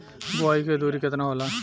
बुआई के दुरी केतना होला?